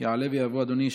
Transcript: יעלה ויבוא, אדוני.